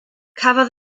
cafodd